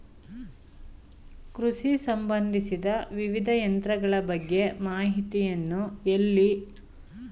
ಕೃಷಿ ಸಂಬಂದಿಸಿದ ವಿವಿಧ ಯಂತ್ರಗಳ ಬಗ್ಗೆ ಮಾಹಿತಿಯನ್ನು ಎಲ್ಲಿ ಪಡೆಯಬೇಕು?